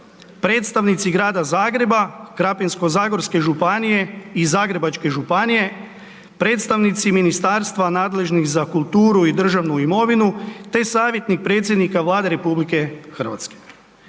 predstavnici Grada Zagreba, Krapinsko-zagorske županije i Zagrebačke županije, predstavnici ministarstva nadležnih za kulturu i državnu imovinu, te savjetnik predsjednika Vlade RH.